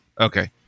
Okay